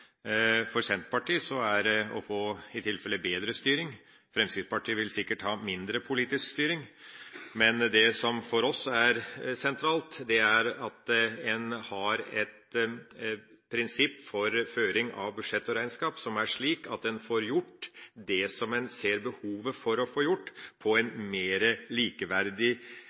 For Senterpartiet er motivet i tilfelle å få bedre styring. Fremskrittspartiet vil sikkert ha mindre politisk styring, men det som for oss er sentralt, er at en har et prinsipp for føring av budsjetter og regnskaper som er slik at en får gjort det som en ser behovet for å få gjort, på en mer likeverdig